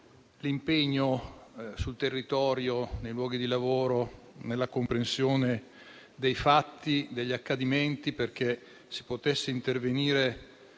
l'impegno sul territorio, nei luoghi di lavoro, nella comprensione dei fatti e degli accadimenti, perché si potesse intervenire